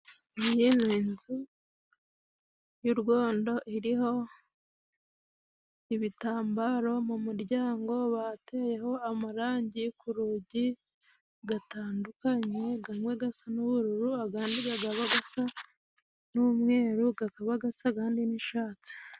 Iyi ni inzu y'urwondo iriho ibitambaro mu muryango. Bateyeho amarangi ku rugi gatandukanye. Gamwe gasa n'ubururu, agandi gagaba gasa n'umweru, gagaba gasa gandi n'ishatsi.